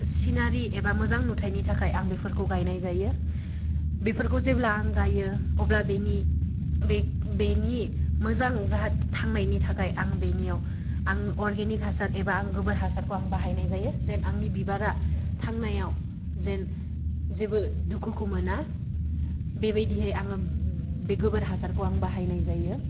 सिनारि एबा मोजां नुथाइनि थाखाय आं बेफोरखौ गायनाय जायो बेफोरखौ जेब्ला आं गायो अब्ला बेनि बेनि मोजां थांनायनि थाखाय आं बेनिआव आं अर्गेनिक हासार एबा आं गोबोर हासारखौ आं बाहायनाय जायो जेन आंनि बिबारा थांनायाव जेन जेबो दुखुखौ मोना बेबायदि आं बे गोबोर हासारखौ आं बाहायनाय जायो